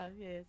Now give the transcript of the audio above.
yes